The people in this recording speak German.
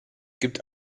gibt